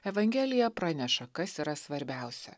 evangelija praneša kas yra svarbiausia